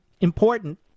important